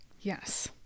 Yes